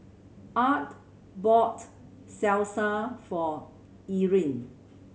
Art bought Salsa for Erin